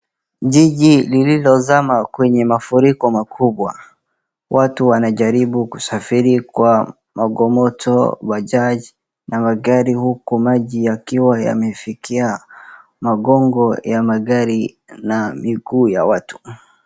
Jiji lililozama kwenye mafuriko makubwa. Watu wanajaribu kusafiri kwa magomoto bajaj, na magari huku maji yakiwa yamefikia magongo ya magari na miguu ya watu.